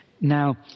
Now